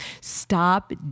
Stop